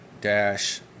dash